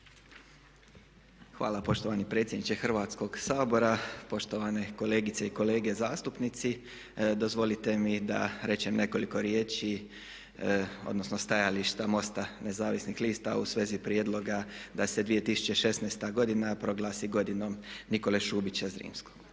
Hvala poštovani predsjedniče Hrvatskog sabora, poštovane kolegice i kolege zastupnici. Dozvolite mi da rečem nekoliko riječi, odnosno stajališta MOST-a nezavisnih lista u svezi prijedloga da se 2016. godina proglasi godinom Nikole Šubića Zrinskog.